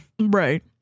right